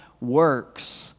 works